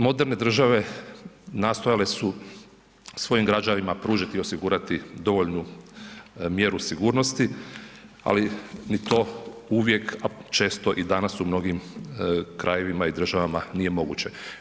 Moderne države nastojale su svojim građanima pružiti i osigurati dovoljnu mjeru sigurnosti ali ni to uvijek a često i danas u mnogim krajevima i državama nije moguće.